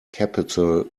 capital